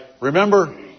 Remember